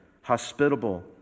hospitable